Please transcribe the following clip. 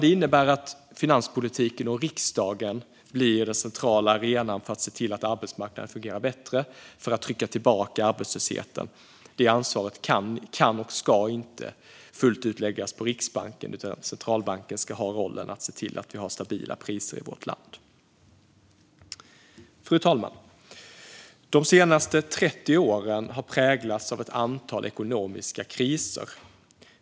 Detta innebär att finanspolitiken och riksdagen blir den centrala arenan för att se till att arbetsmarknaden fungerar bättre och för att trycka tillbaka arbetslösheten. Det ansvaret kan och ska inte fullt ut läggas på Riksbanken, utan centralbanken ska ha rollen att se till att vi har stabila priser i vårt land. Fru talman! De senaste 30 åren har präglats av ett antal ekonomiska kriser.